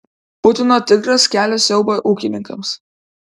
putino tigras kelia siaubą ūkininkams